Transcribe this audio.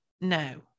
no